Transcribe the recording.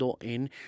En